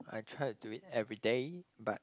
I tried do it everyday but